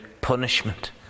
punishment